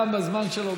גם בזמן שלו,